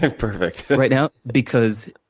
like perfect. but right now, because